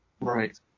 Right